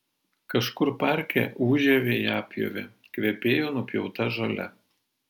kažkur parke ūžė vejapjovė kvepėjo nupjauta žole